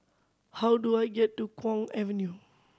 how do I get to Kwong Avenue